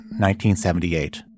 1978